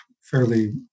fairly